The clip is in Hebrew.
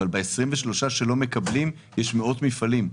אבל ב-23% שלא מקבלים יש מאות מפעלים,